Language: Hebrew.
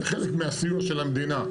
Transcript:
בחלק מהסיוע של המדינה,